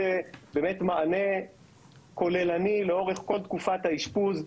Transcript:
באמת מענה כוללני לאורך כל תקופת האשפוז.